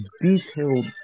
detailed